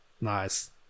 Nice